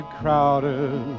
crowded